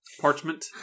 Parchment